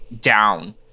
down